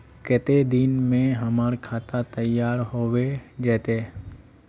केते दिन में हमर खाता तैयार होबे जते?